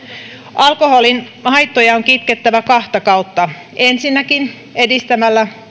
alkoholin haittoja on kitkettävä kahta kautta ensinnäkin edistämällä